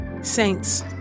Saints